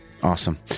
Awesome